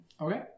Okay